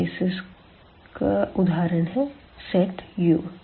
subspaces का उदाहरण है सेट 0